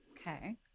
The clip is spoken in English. Okay